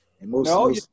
No